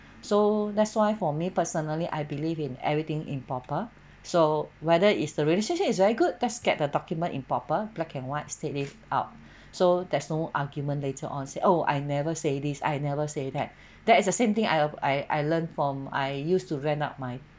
so that's why for me personally I believe in everything in proper so whether is the relationship is very good let's get the document in proper black and white state it out so there's no argument later on said oh I never say this I never say that that is the same thing I have I I learned from I used to rent out my